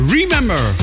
Remember